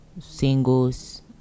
singles